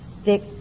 stick